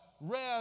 rare